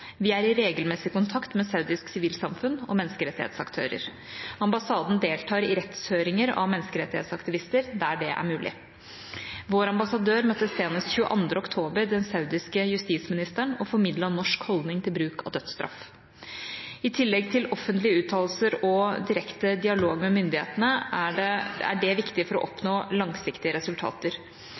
Vi er i regelmessig kontakt med saudisk sivilsamfunn og menneskerettighetsaktører. Ambassaden deltar i rettshøringer av menneskerettighetsaktivister der det er mulig. Vår ambassadør møtte senest 22. oktober den saudiske justisministeren og formidlet norsk holdning til bruk av dødsstraff. I tillegg til offentlige uttalelser og direkte dialog med myndighetene er det viktig for å oppnå langsiktige resultater.